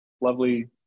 lovely